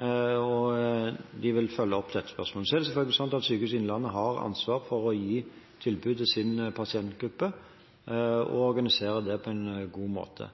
og vi vil følge opp dette spørsmålet. Det er selvfølgelig sant at Sykehuset Innlandet har ansvar for å gi tilbud til sin pasientgruppe og organisere det på en god måte.